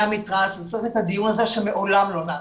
המתרס ולעשות את הדיון הזה שמעולם לא נעשה.